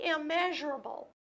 immeasurable